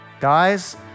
Guys